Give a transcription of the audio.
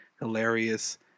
hilarious